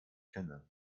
kenne